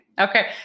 Okay